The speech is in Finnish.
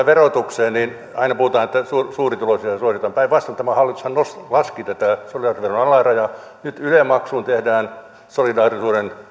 verotukseen niin aina puhutaan että suurituloisia suositaan päinvastoin tämä hallitushan laski tätä solidaarisuusveron alarajaa nyt yle maksuun tehdään solidaarisuuden